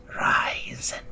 rise